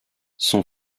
son